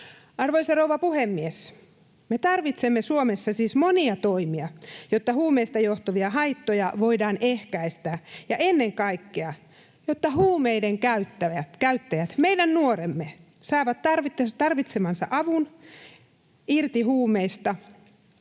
Arvoisa rouva puhemies! Me tarvitsemme Suomessa siis monia toimia, jotta huumeista johtuvia haittoja voidaan ehkäistä ja ennen kaikkea jotta huumeiden käyttäjät, meidän nuoremme, saavat tarvitsemansa avun päästäkseen irti huumeista.